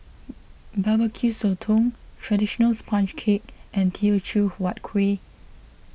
Barbecue Sotong Traditional Sponge Cake and Teochew Huat Kueh